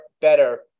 better